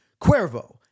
Cuervo